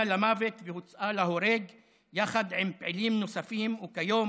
למוות והוצאה להורג יחד עם פעילים נוספים וכיום